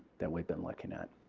that we've been looking at.